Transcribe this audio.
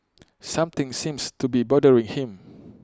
something seems to be bothering him